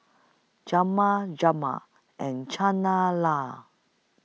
Jma Jma and Chana La